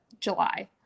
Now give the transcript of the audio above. july